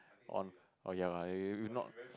on oh ya lah if if not